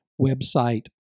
website